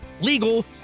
legal